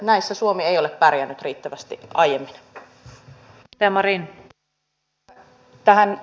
näissä suomi ei ole pärjännyt riittävästi aiemmin